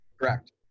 Correct